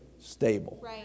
stable